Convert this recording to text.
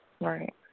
Right